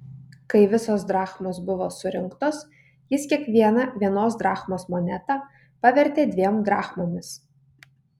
kai visos drachmos buvo surinktos jis kiekvieną vienos drachmos monetą pavertė dviem drachmomis